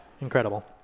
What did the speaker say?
incredible